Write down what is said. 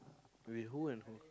with who and who